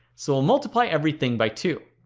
so we'll multiply everything by two